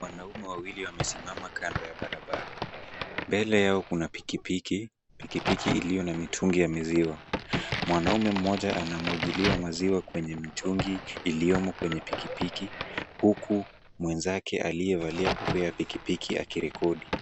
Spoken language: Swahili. Wanaume wawili wamesimama kando ya barabara. Mbele yao kuna pikipiki, pikipiki iliyo na mitungi ya maziwa. Mwanaume mmoja anamwagiliwa maziwa kwenye mitungi iliyomo kwenye pikipiki, huku mwenzake aliyevalia kofia ya pikipiki akirekodi.